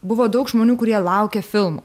buvo daug žmonių kurie laukia filmų